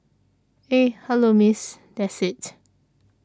eh hello Miss that's it